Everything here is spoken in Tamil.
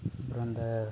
அப்புறம் அந்த